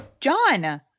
John